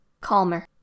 calmer